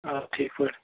آ ٹھیٖک پٲٹھۍ